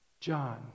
John